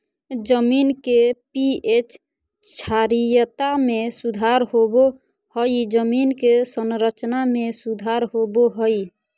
जमीन के पी.एच क्षारीयता में सुधार होबो हइ जमीन के संरचना में सुधार होबो हइ